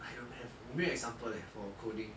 I don't have 我没有 example leh for coding